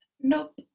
Nope